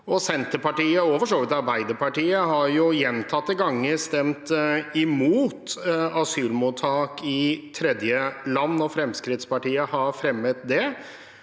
Senter- partiet og for så vidt Arbeiderpartiet har gjentatte ganger stemt imot asylmottak i tredjeland når Fremskrittspartiet har fremmet det,